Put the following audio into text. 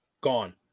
gone